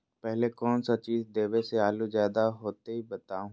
पहले कौन सा चीज देबे से आलू ज्यादा होती बताऊं?